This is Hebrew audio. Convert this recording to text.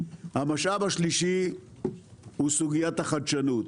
המשאב השלישי הוא סוגיית החדשנות.